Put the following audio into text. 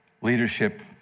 leadership